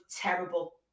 terrible